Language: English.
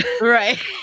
Right